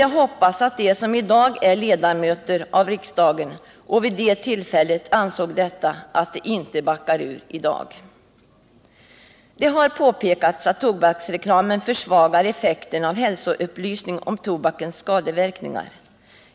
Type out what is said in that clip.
Jag hoppas att de som i dag är ledamöter av riksdagen och vid det tillfället ansåg detta inte nu avviker från denna uppfattning. Det har påpekats att tobaksreklamen försvagar effekten av hälsoupplysning om tobakens skadeverkningar.